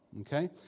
okay